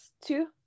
two